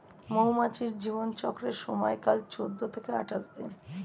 মৌমাছির জীবন চক্রের সময়কাল চৌদ্দ থেকে আঠাশ দিন